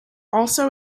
also